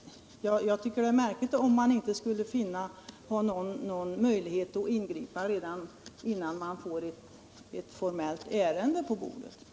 Jag tycker att det är märkligt om regeringen inte skulle finna någon möjlighet att ingripa innan ärendet formellt ligger på regeringens bord.